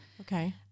Okay